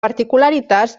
particularitats